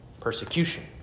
persecution